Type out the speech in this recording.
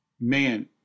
Man